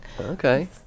Okay